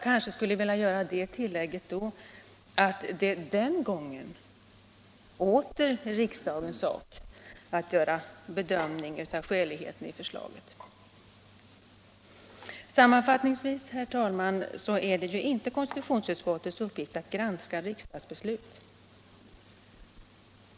Jag vill då bara göra det tillägget att det i så fall åter blir riksdagens sak att bedöma skäligheten i förslaget. Sammanfattningsvis vill jag säga att det ju inte är konstitutionsutskottets uppgift att granska riksdagens beslut.